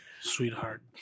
sweetheart